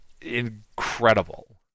incredible